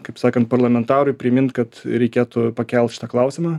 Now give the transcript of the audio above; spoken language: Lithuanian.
kaip sakant parlamentarui primint kad reikėtų pakelt šitą klausimą